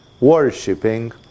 worshipping